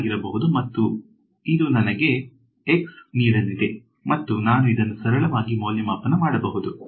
ಮತ್ತು ಇದು ನನಗೆ ನೀಡಲಿದೆ ಮತ್ತು ನಾವು ಇದನ್ನು ಸರಳವಾಗಿ ಮೌಲ್ಯಮಾಪನ ಮಾಡಬಹುದು